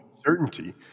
certainty